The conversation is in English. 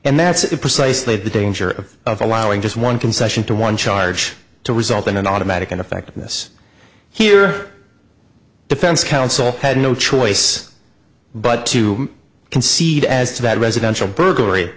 that's precisely the danger of allowing just one concession to one charge to result in an automatic ineffectiveness here defense counsel had no choice but to concede as to that residential burglary